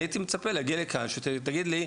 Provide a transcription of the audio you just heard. אני הייתי מצפה להגיע לכאן שתגיד לי,